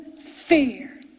fear